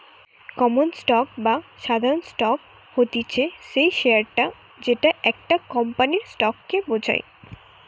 common stock বা সাধারণ stock হতিছে সেই শেয়ারটা যেটা একটা কোম্পানির স্টক কে বোঝায়